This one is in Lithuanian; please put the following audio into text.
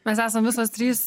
mes esam visos trys